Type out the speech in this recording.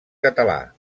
català